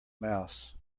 mouse